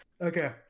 okay